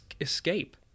escape